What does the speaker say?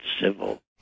civil